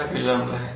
यह विलंब है